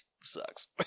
sucks